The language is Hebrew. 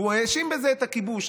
והוא האשים בזה את הכיבוש.